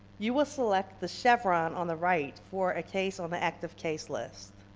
you will select the chevron on the right for a case on the active case list.